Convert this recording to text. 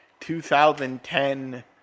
2010